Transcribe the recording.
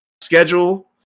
schedule